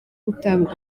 gutanga